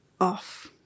Off